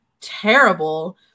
terrible